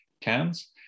cans